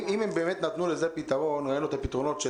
אם הם באמת נתנו לזה פתרון ראינו את הפתרונות של